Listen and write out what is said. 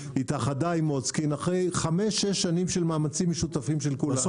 התאחדה עם מוצקין אחרי חמש שש שנים של מאמצים משותפים של כולם,